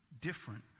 Different